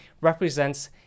represents